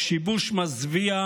שיבוש מזוויע,